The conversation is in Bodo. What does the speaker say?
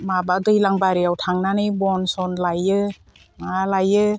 माबा दैलांबारियाव थांनानै बन सन लायो ना लायो